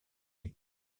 est